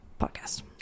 podcast